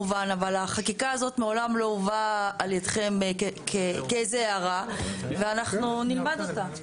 החקיקה הזאת מעולם לא הובאה על ידכם כאיזה הערה ואנחנו נלמד אותה.